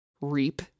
Reap